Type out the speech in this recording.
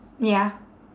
ya